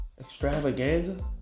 extravaganza